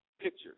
pictures